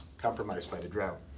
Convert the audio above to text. compromised by the drought.